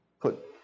put